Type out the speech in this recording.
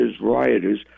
rioters